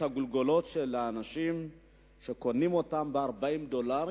הגולגולות של האנשים וקונים אותן ב-40 דולר,